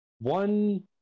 one